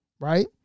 Right